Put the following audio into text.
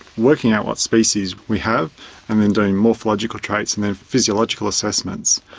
working out what species we have and then doing morphological traits and then physiological assessments,